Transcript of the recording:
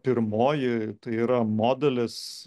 pirmoji tai yra modelis